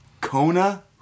Kona